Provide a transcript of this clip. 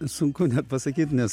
sunku pasakyt nes